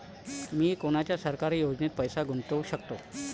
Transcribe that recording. मी कोनच्या सरकारी योजनेत पैसा गुतवू शकतो?